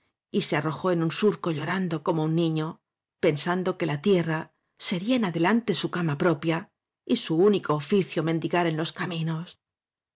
y se arrojó en un áñ surco llorando como un niño pensando que la tierra sería en adelante su cama propia y su único oficio mendigar en los caminos